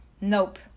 nope